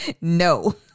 No